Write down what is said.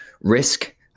risk